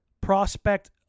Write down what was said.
prospect